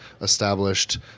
established